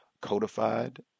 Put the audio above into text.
codified